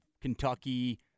Kentucky